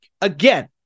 Again